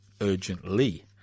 urgently